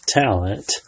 talent